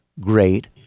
great